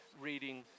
reading